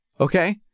Okay